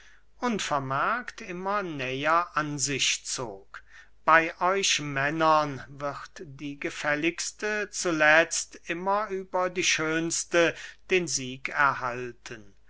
unvermerkt immer näher an sich zog bey euch männern wird die gefälligste zuletzt immer über die schönste den sieg erhalten